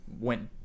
went